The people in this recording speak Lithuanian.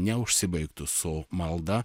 neužsibaigtų su malda